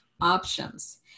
options